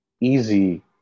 easy